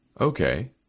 Okay